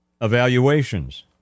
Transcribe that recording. evaluations